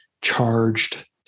charged